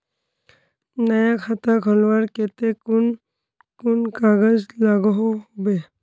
नया खाता खोलवार केते कुन कुन कागज लागोहो होबे?